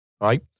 right